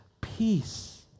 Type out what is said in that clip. peace